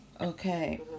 Okay